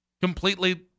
completely